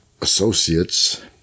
associates